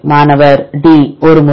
மாணவர் D 1 முறை